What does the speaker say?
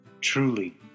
Truly